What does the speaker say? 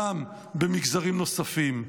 גם במגזרים נוספים.